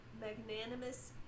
magnanimous